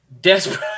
Desperate